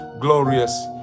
glorious